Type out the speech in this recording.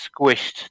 squished